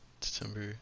December